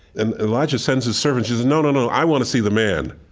and elijah sends a servant. she says, and no, no, no. i want to see the man.